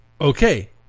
okay